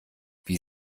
wie